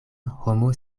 homo